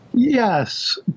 Yes